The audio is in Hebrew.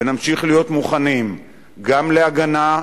ונמשיך להיות מוכנים גם להגנה,